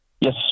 Yes